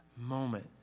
moment